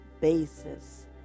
basis